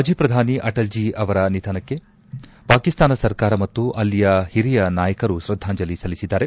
ಮಾಜಿ ಪ್ರಧಾನಿ ಅಟಲ್ಜೀ ಅವರ ನಿಧನಕ್ಕೆ ಪಾಕಿಸ್ತಾನ ಸರ್ಕಾರ ಮತ್ತು ಅಲ್ಲಿಯ ಹಿರಿಯ ನಾಯಕರು ಶ್ರದ್ದಾಂಜಲಿ ಸಲ್ಲಿಸಿದ್ದಾರೆ